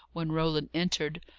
when roland entered,